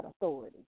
authority